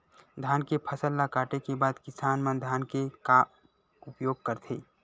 धान के फसल ला काटे के बाद किसान मन धान के का उपयोग करथे?